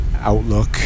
outlook